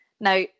Now